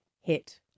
hit